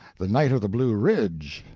the knight of the blue ridge,